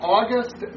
August